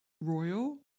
royal